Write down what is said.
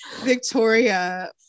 Victoria